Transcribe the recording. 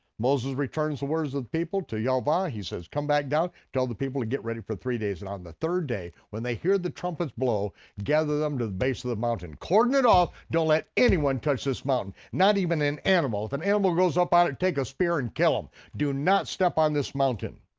moses returns the words of the people to yahvah, he says come back down, tell the people to get ready for three days. and on the third day, when they hear the trumpets blow, gather them to the base of the mountain. cordon it off, don't let anyone touch this mountain, not even an animal. if an animal goes up on it, take a spear and kill him. do not step on this mountain.